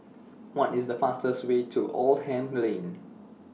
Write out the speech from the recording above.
What IS The fastest Way to Oldham Lane